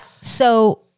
So-